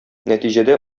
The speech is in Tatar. нәтиҗәдә